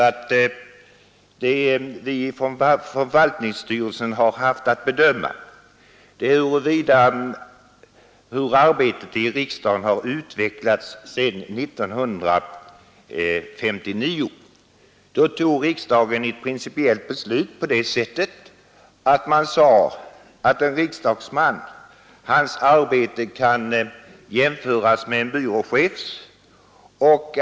Vad vi från förvaltningsstyrelsen har haft att bedöma är hur arbetet i riksdagen har utvecklats sedan 1959. Då tog riksdagen ett principiellt beslut, som gick ut på att man sade att en riksdagsmans arbete kunde jämföras med en byråchefs.